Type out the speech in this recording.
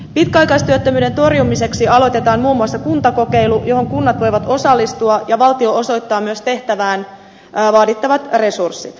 pitkäaikaistyöttömyyden torjumiseksi aloitetaan muun muassa kuntakokeilu johon kunnat voivat osallistua ja valtio osoittaa myös tehtävään vaadittavat resurssit